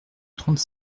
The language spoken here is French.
trente